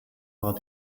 war